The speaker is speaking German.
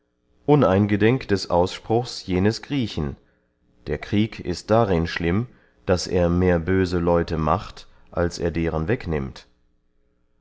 uneingedenk des ausspruchs jenes griechen der krieg ist darin schlimm daß er mehr böse leute macht als er deren wegnimmt